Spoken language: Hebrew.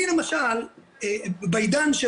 אני למשל בעידן של,